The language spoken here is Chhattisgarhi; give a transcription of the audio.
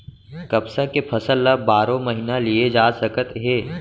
कपसा के फसल ल बारो महिना लिये जा सकत हे